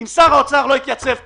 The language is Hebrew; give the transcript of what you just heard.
אם שר האוצר לא יתייצב פה,